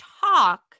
talk